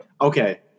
Okay